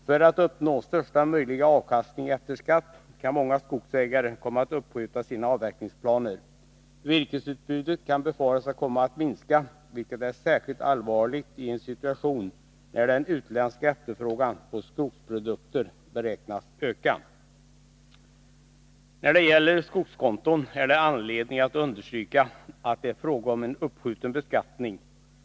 För att nå största möjliga avkastning efter skatt kan många skogsägare komma att uppskjuta sina avverkningsplaner. Virkesutbudet kan befaras komma att minska, vilket är särskilt allvarligt i en situation där den utländska efterfrågan på skogsprodukter beräknas öka. När det gäller skogskonton finns det anledning understryka att det är fråga om uppskjuten beskattning.